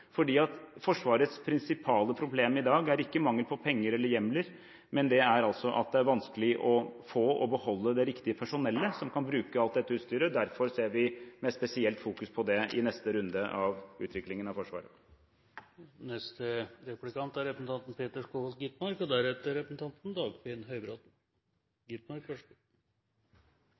Forsvarets prinsipale problem i dag er ikke mangel på penger eller hjemler, men at det er vanskelig å få og beholde det riktige personellet som kan bruke alt dette utstyret. Derfor har vi spesielt fokus på det i neste runde av utviklingen av Forsvaret. Jeg er